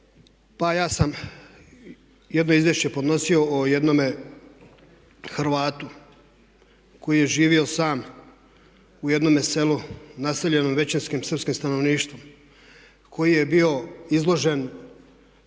Pa ja sam jedno izvješće podnosio o jednome Hrvatu koji je živio sam u jednome selu naseljenom većinskim srpskim stanovništvom koji je bio izložen